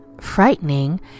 frightening